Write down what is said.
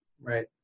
Right